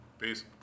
Peace